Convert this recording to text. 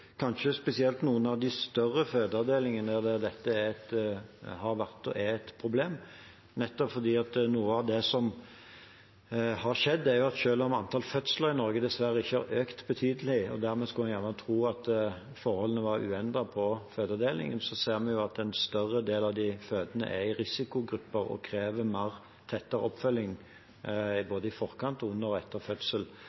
kanskje spesielt ved noen av de større fødeavdelingene dette har vært – og er – et problem. For noe av det som har skjedd, er at selv om antall fødsler i Norge dessverre ikke har økt betydelig – og dermed skulle en kanskje tro at forholdene var uendret på fødeavdelingene – ser vi at en større del av de fødende er i risikogrupper og krever tettere oppfølging,